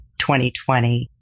2020